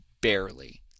barely